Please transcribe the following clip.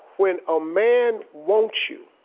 when a man wants you